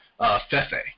Fefe